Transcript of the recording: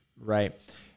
right